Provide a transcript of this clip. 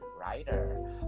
writer